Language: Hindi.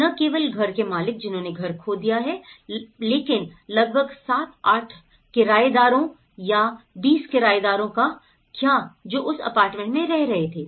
न केवल घर के मालिक जिन्होंने घर खो दिया था लेकिन लगभग 7 8 किरायेदारों या 20 किरायेदारों का क्या जो उस अपार्टमेंट में रह रहे थे